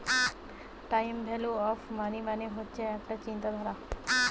time value of money মানে হচ্ছে একটা চিন্তাধারা